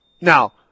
Now